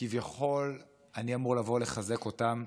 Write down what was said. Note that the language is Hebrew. כביכול אני אמור לבוא לחזק אותם,